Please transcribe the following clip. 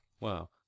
Wow